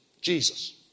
Jesus